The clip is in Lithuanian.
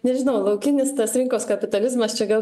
nežinau laukinis tas rinkos kapitalizmas čia gal